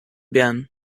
bern